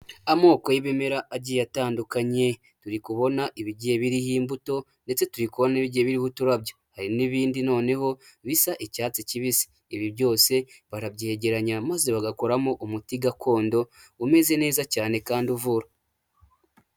Amoko y'ibimera agiye atandukanye, turi kubona ibigiye biriho imbuto, ndetse turi kubona n'ibigiye biriho uturabya, hari n'ibindi noneho bisa icyatsi kibisi, ibi byose barabyegeranya maze bagakoramo umuti gakondo umeze neza cyane kandi uvura.